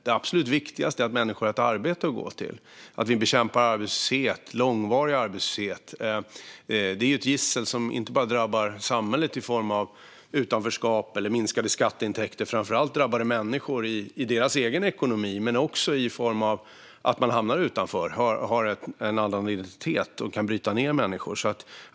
Det absolut viktigaste är att människor har ett arbete att gå till, att vi bekämpar arbetslöshet och långvarig arbetslöshet. Det är ett gissel som inte bara drabbar samhället i form av utanförskap och minskade skatteintäkter utan framför allt drabbar människor i deras egen ekonomi, men också i form av att man hamnar utanför och får en annan identitet, något som kan bryta ned människor.